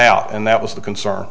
out and that was the concern